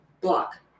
Block